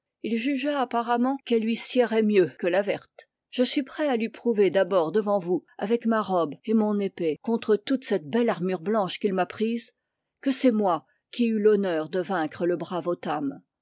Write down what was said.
il jugea apparemment qu'elle lui siérait mieux que la verte je suis prêt à lui prouver d'abord devant vous avec ma robe et mon épée contre toute cette belle armure blanche qu'il m'a prise que c'est moi qui ai eu l'honneur de vaincre le brave